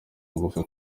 bugufi